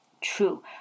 True